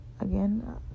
again